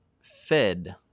fed